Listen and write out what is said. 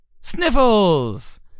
Sniffles